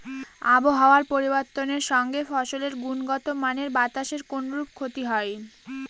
আবহাওয়ার পরিবর্তনের সঙ্গে ফসলের গুণগতমানের বাতাসের কোনরূপ ক্ষতি হয়?